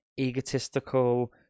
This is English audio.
egotistical